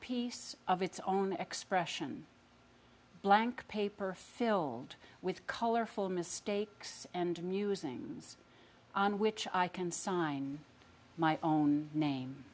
piece of its own expression blank paper filled with colorful mistakes and musings on which i can sign my own name